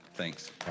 Thanks